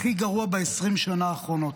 הכי גרועה ב-20 שנה האחרונות.